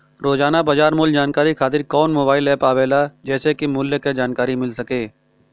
रोजाना बाजार मूल्य जानकारी खातीर कवन मोबाइल ऐप आवेला जेसे के मूल्य क जानकारी मिल सके?